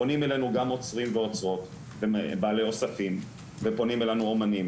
פונים אלינו גם אוצרים ואוצרות ובעלי אוספים ופונים אלינו אומנים